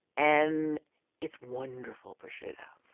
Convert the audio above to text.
and it's wonderful prosciutto.